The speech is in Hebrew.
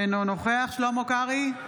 אינו נוכח שלמה קרעי,